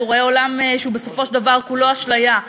הוא רואה עולם שהוא בסופו של דבר כולו אשליה,